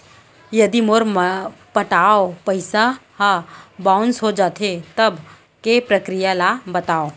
यदि मोर पटाय पइसा ह बाउंस हो जाथे, तब के प्रक्रिया ला बतावव